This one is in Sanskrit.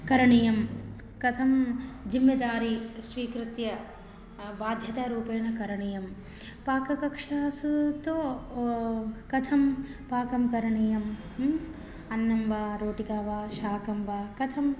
करणीयं कथं जिम्मेदारि स्वीकृत्य बाध्यतारूपेण करणीयं पाककक्षासु तु कथं पाकं करणीयं अन्नं वा रोटिका वा शाकं वा कथम्